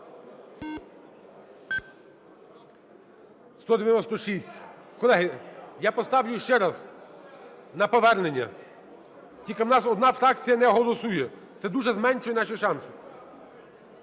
Колеги, я поставлю ще раз на повернення, тільки в нас одна фракція не голосує, це дуже зменшує наші шанси.